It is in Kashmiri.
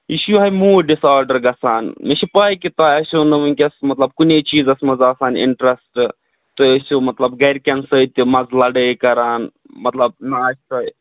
یہِ چھُ یُِہَے موٗڈ ڈِسآرڈَر گَژھان مےٚ چھُ پاے کہِ تۄہہِ آسیٚو نہٕ وٕنکیٚس مطلب کُنے چیٖزَس منٛز آسان اِنٹرٛسٹ تُہۍ ٲسِو مطلب گَرِکٮ۪ن سۭتۍ تہِ مَنزٕ لَڑٲے کَران مطلب نہ آسہ تۄہہِ